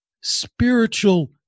spiritual